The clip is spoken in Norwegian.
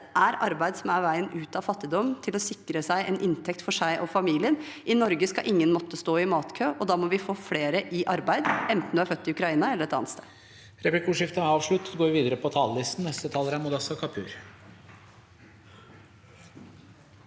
Det er arbeid som er veien ut av fattigdom og til å sikre seg en inntekt for seg og familien sin. I Norge skal ingen måtte stå i matkø, og da må vi få flere i arbeid, enten man er født i Ukraina eller et annet sted.